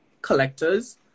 collectors